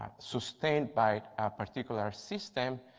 sustained by a particular system,